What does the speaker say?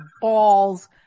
balls